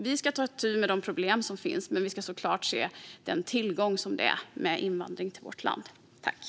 Vi ska ta itu med de problem som finns, men vi ska såklart se den tillgång som invandring till vårt land utgör.